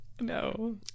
No